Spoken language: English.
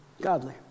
godly